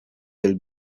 will